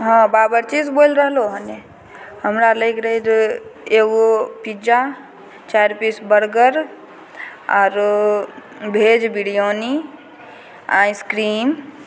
हँ बाबर्चीसँ बोलि रहलहुँ हने हमरा लैके रहय रऽ एगो पिज्जा चारि पीस बर्गर आरो वेज बिरियानी आइसक्रीम